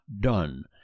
done